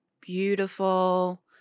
beautiful